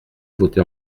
voté